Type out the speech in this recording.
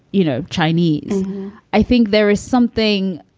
you know, chinese i think there is something,